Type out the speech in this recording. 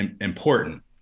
important